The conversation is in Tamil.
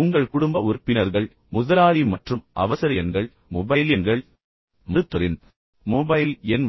உங்கள் சொந்த குடும்ப உறுப்பினர்கள் உங்கள் சொந்த முதலாளி மற்றும் முக்கியமான அவசர எண்கள் மொபைல் எண்கள் மருத்துவரின் மொபைல் எண்